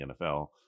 NFL